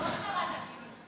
לא שרת החינוך.